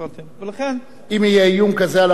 אם יהיה איום כזה על האוצר,